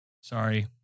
Sorry